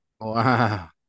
Wow